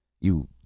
You